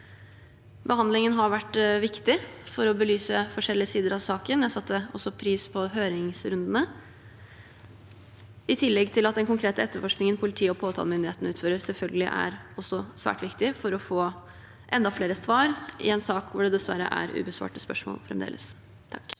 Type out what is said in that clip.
Behandlingen har vært viktig for å belyse forskjellige sider av saken. Jeg satte også pris på høringsrundene. I tillegg er den konkrete etterforskningen politi og påtalemyndighet utfører, selvfølgelig også svært viktig for å få enda flere svar i en sak hvor det dessverre fremdeles er ubesvarte spørsmål.